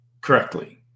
correctly